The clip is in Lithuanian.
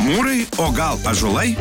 mūrai o gal ąžuolai